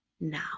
now